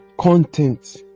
content